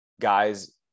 guys